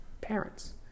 parents